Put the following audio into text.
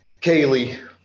Kaylee